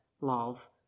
love